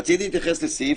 רציתי להתייחס לסעיף